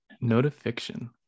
Notification